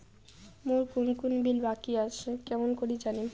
মোর কুন কুন বিল বাকি আসে কেমন করি জানিম?